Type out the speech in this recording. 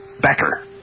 Becker